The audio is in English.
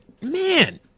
man